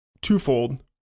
twofold